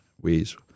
ways